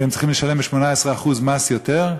שהם צריכים לשלם 18% מס יותר?